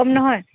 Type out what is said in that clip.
কম নহয়